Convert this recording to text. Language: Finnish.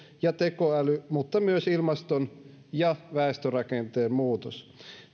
ja tekoäly mutta myös ilmaston ja väestörakenteen muutos